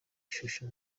ishusho